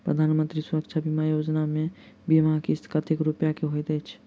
प्रधानमंत्री सुरक्षा बीमा योजना मे बीमा किस्त कतेक रूपया केँ होइत अछि?